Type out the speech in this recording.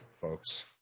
folks